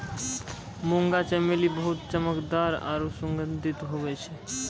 मुंगा चमेली बहुत चमकदार आरु सुगंधित हुवै छै